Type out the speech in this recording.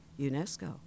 UNESCO